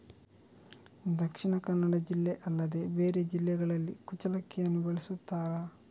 ದಕ್ಷಿಣ ಕನ್ನಡ ಜಿಲ್ಲೆ ಅಲ್ಲದೆ ಬೇರೆ ಜಿಲ್ಲೆಗಳಲ್ಲಿ ಕುಚ್ಚಲಕ್ಕಿಯನ್ನು ಬೆಳೆಸುತ್ತಾರಾ?